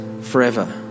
forever